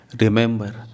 Remember